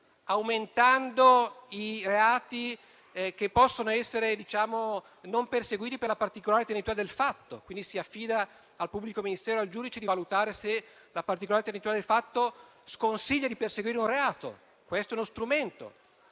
aumentando i reati che possono essere non perseguiti per la particolare tenuità del fatto, affidando quindi al pubblico ministero o al giudice di valutare se la particolarità tenuità del fatto sconsiglia di perseguire un reato. Un altro strumento